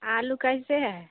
आलू कैसे है